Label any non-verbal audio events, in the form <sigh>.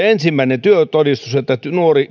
<unintelligible> ensimmäinen työtodistus jolla nuori